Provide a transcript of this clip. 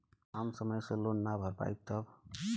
हम समय से लोन ना भर पईनी तब?